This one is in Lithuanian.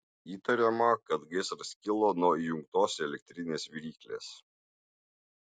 įtariama kad gaisras kilo nuo įjungtos elektrinės viryklės